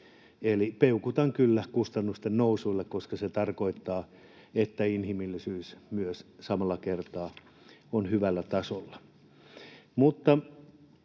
Eli peukutan kyllä kustannusten nousulle, koska se tarkoittaa, että myös inhimillisyys on samalla kertaa hyvällä tasolla.